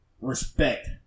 respect